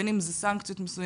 בין אם אלו סנקציות מסוימות,